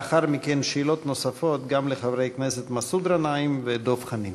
לאחר מכן שאלות נוספות גם לחברי הכנסת מסעוד גנאים ודב חנין.